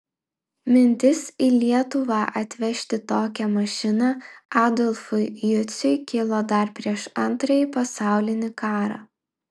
mintis į lietuvą atvežti tokią mašiną adolfui juciui kilo dar prieš antrąjį pasaulinį karą